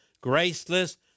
graceless